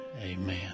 Amen